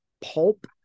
pulp